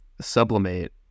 sublimate